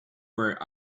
wear